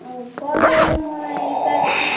colour मलाई चाहिएको